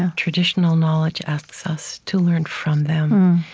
and traditional knowledge asks us to learn from them.